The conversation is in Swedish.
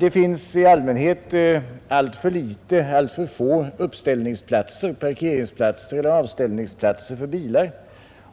Det finns i allmänhet alltför få parkeringseller uppställningsplatser för bilar,